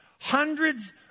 Hundreds